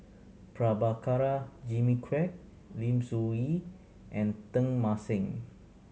Prabhakara Jimmy Quek Lim Soo Ngee and Teng Mah Seng